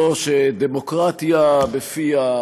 זו שדמוקרטיה בפיה,